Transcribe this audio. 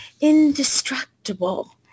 indestructible